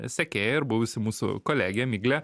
sekėja ir buvusi mūsų kolegė miglė